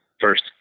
first